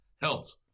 helped